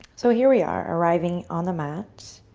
so here we are, arriving on the mat.